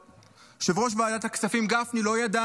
יושב-ראש ועדת הכספים גפני לא ידע